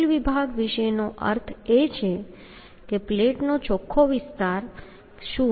જટિલ વિભાગ વિશેનો અર્થ એ છે કે પ્લેટનો ચોખ્ખો અસરકારક વિસ્તાર શું હશે